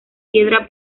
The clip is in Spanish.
piedra